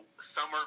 Summer